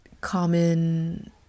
common